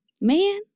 Man